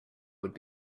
would